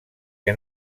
que